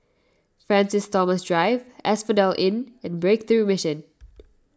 Francis Thomas Drive Asphodel Inn and Breakthrough Mission